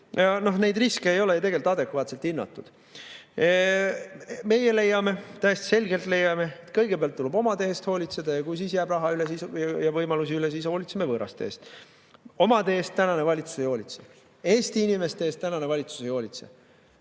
Neid riske ei ole adekvaatselt hinnatud. Meie leiame, täiesti selgelt leiame, et kõigepealt tuleb hoolitseda omade eest, ja kui jääb raha ja võimalusi üle, siis hoolitseme võõraste eest. Omade eest tänane valitsus ei hoolitse, Eesti inimeste eest tänane valitsus ei hoolitse.